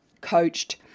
coached